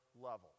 level